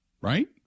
right